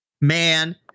man